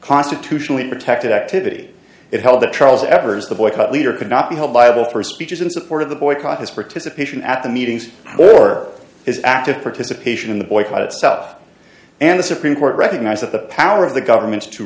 constitutionally protected activity it held that charles evers the boycott leader could not be held liable for speeches in support of the boycott his participation at the meetings or his active participation in the boycott itself and the supreme court recognized that the power of the government to